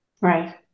Right